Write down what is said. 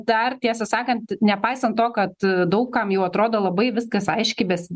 dar tiesą sakant nepaisant to kad daug kam jau atrodo labai viskas aiškiai bes